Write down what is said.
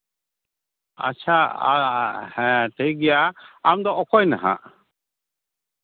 ᱟᱪᱪᱷᱟ ᱦᱮᱸ ᱴᱷᱤᱠ ᱜᱮᱭᱟ ᱟᱢ ᱫᱚ ᱚᱠᱚᱭ ᱱᱟᱦᱟᱜ